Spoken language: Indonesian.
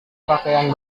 pakaian